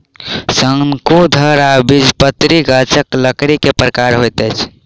शंकुधर आ द्विबीजपत्री गाछक लकड़ी के प्रकार होइत अछि